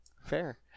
Fair